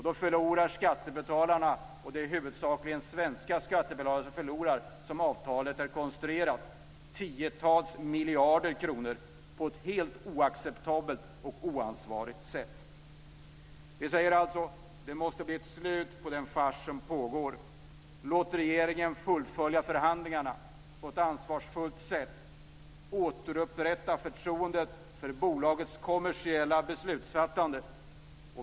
Då förlorar skattebetalarna - det är huvudsakligen svenska skattebetalare som förlorar, som avtalet är konstruerat - tiotals miljarder kronor på ett helt oacceptabelt och oansvarigt sätt. Vi säger alltså: Det måste bli ett slut på den fars som pågår. Låt regeringen fullfölja förhandlingarna på ett ansvarsfullt sätt! Återupprätta förtroendet för bolagets kommersiella beslutsfattande!